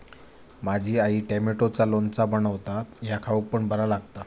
माझी आई टॉमॅटोचा लोणचा बनवता ह्या खाउक पण बरा लागता